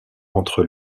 entre